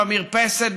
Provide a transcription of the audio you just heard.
במרפסת,